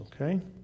okay